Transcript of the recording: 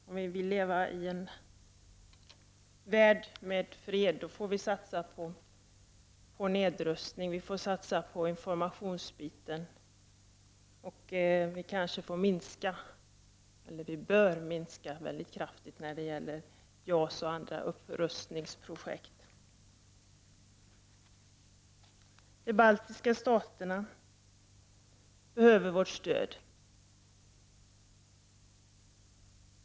Om vi vill leva i en värld med fred, får vi satsa på nedrustning. Vi får satsa på information, och vi bör minska väldigt kraftigt på anslagen till JAS och andra upprustningsprojekt. De baltiska staterna behöver vårt stöd.